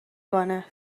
کنه